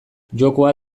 jokoa